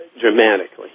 dramatically